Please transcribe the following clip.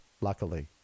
luckily